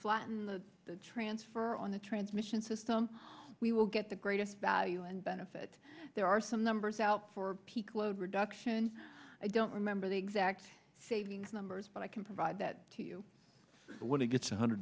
flatten the transfer on the transmission system we will get the greatest value and benefit there are some numbers out for peak load reduction i don't remember the exact savings numbers but i can provide that to you when it gets one hundred